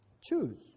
Choose